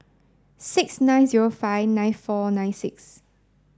six nine zero five nine four nine six